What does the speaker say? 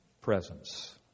presence